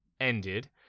ended